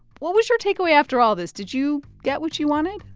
what was your takeaway after all this? did you get what you wanted?